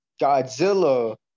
Godzilla